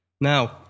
Now